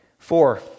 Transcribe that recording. Four